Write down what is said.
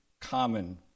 common